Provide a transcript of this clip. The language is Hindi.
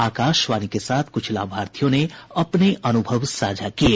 आकाशवाणी के साथ कुछ लाभार्थियों ने अपने अनुभव साझा किये